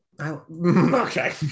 Okay